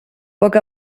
poc